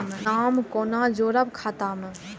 नाम कोना जोरब खाता मे